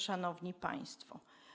Szanowni Państwo!